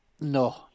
No